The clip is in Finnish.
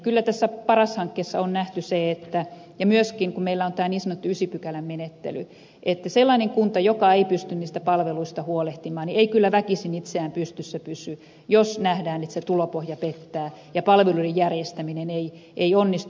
kyllä tässä paras hankkeessa on nähty se ja myöskin kun meillä on tämä niin sanottu ysipykälä menettely että sellainen kunta joka ei pysty niistä palveluista huolehtimaan ei kyllä väkisin itse pystyssä pysy jos nähdään että se tulopohja pettää ja palveluiden järjestäminen ei onnistu